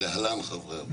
להלן חברי הוועדה.